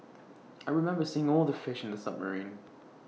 I remember seeing all the fish in the submarine